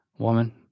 Woman